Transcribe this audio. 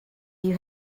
you